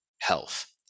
health